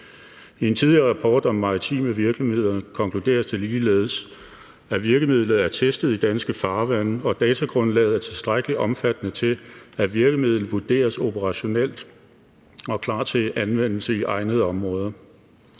I en tidligere rapport om maritime virkemidler konkluderes det ligeledes, at virkemidlet er testet i danske farvande, og at datagrundlaget er tilstrækkelig omfattende til, at virkemidlet vurderes operationelt og klar til anvendelse i egnede områder.